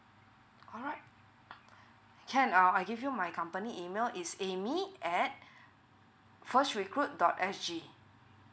alright can err I'll give you my company email is amy at first recruit dot S_G